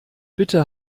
bitte